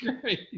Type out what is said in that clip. great